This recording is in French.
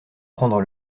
prendre